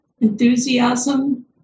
enthusiasm